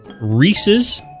Reese's